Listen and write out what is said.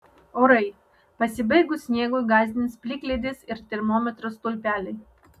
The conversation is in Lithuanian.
orai pasibaigus sniegui gąsdins plikledis ir termometro stulpeliai